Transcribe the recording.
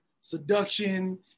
seduction